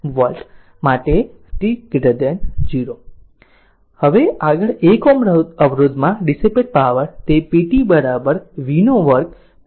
હવે આગળ 1 Ω અવરોધમાં ડીસીપેટ પાવર છે તે p t v વર્ગ R છે